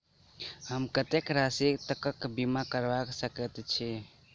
हम कत्तेक राशि तकक बीमा करबा सकैत छी?